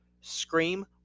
Scream